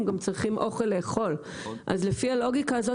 הם גם צריכים אוכל לאכול אז לפי הלוגיקה הזאת